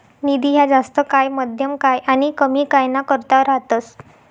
निधी ह्या जास्त काय, मध्यम काय आनी कमी काय ना करता रातस